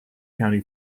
county